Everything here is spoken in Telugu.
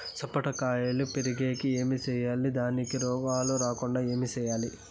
సపోట కాయలు పెరిగేకి ఏమి సేయాలి దానికి రోగాలు రాకుండా ఏమి సేయాలి?